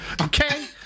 okay